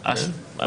כן.